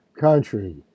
country